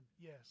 Yes